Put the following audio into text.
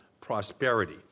prosperity